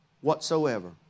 whatsoever